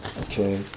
okay